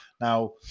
Now